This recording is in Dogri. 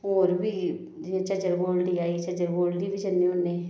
होर बी जियां झज्झर कोटली आई झज्झर कोटली बी जन्ने होन्ने